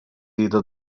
either